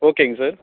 ஓகேங்க சார்